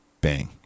bang